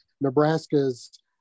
Nebraska's